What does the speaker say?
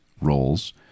roles